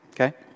okay